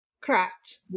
Correct